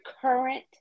current